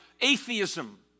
atheism